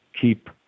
keep